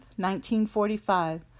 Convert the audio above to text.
1945